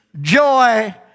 joy